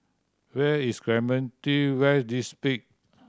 where is Clementi West